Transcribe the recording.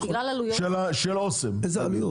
המחיר של אסם, למשל.